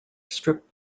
strip